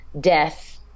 death